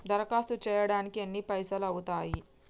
దరఖాస్తు చేయడానికి ఎన్ని పైసలు అవుతయీ?